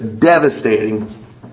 devastating